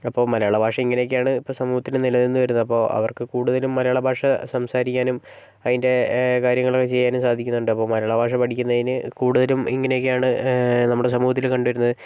അപ്പോൾ മലയാള ഭാഷ ഇങ്ങനൊക്കെയാണ് ഇപ്പോൾ സമൂഹത്തിൽ നിലനിന്നു വരുന്നത് അപ്പോൾ അവർക്ക് കൂടുതലും മലയാള ഭാഷ സംസാരിക്കാനും അതിൻ്റെ കാര്യങ്ങളൊക്കെ ചെയ്യാനും സാധിക്കുന്നുണ്ട് അപ്പോൾ മലയാള ഭാഷ പഠിക്കുന്നതിന് കൂടുതലും ഇങ്ങനൊക്കെയാണ് നമ്മുടെ സമൂഹത്തിൽ കണ്ടുവരുന്നത്